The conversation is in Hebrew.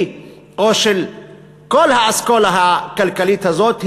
או של כל האסכולה הכלכלית הזאת,